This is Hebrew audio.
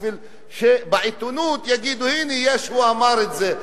בשביל שיגידו בעיתונות: הוא אמר את זה.